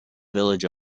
village